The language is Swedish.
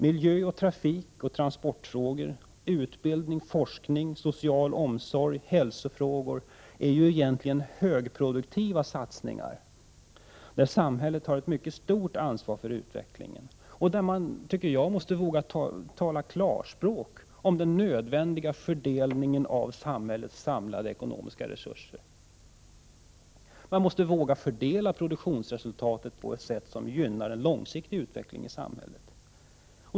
Miljö-, trafik, och transportfrågor, utbildning och forskning, social omsorg och hälsofrågor är egentligen högproduktiva satsningar där samhället har ett mycket stort ansvar för utvecklingen. Samhället måste våga tala klarspråk om den nödvändiga fördelningen av samhällets samlade ekonomiska resurser. Man måste våga fördela produktionsresultatet på ett sätt som gynnar en långsiktig utveckling i samhället.